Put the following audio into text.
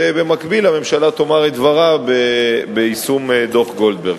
ובמקביל הממשלה תאמר את דברה ביישום דוח-גולדברג.